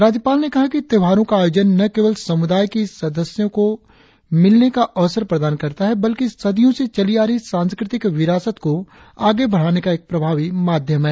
राज्यपाल ने कहा है कि त्योहारों का आयोजन न केवल समुदाय की इस सदस्यों को मिलने का अवसर प्रदान करता है बल्कि सदियों से चली आ रही सांस्कृतिक विरासत को आगे बढ़ाने का एक प्रभावी माध्यम है